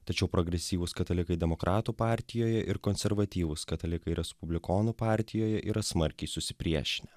tačiau progresyvūs katalikai demokratų partijoje ir konservatyvūs katalikai respublikonų partijoje yra smarkiai susipriešinę